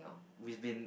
we've been